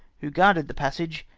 who guarded the passage,